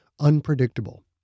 unpredictable